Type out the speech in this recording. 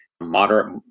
moderate